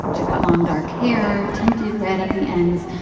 she's got long, dark hair, tinted red at the ends.